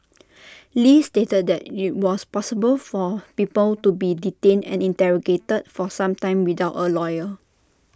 li stated that IT was possible for people to be detained and interrogated for some time without A lawyer